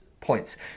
points